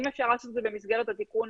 אם אפשר לעשות את זה במסגרת התיקון